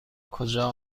کجا